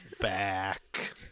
back